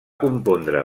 compondre